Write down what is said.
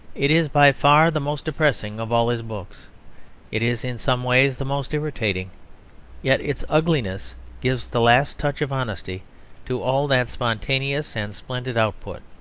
it is by far the most depressing of all his books it is in some ways the most irritating yet its ugliness gives the last touch of honesty to all that spontaneous and splendid output.